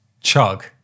Chug